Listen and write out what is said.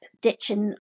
ditching